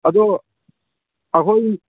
ꯑꯗꯨ ꯑꯩꯈꯣꯏ